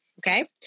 okay